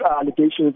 allegations